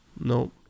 No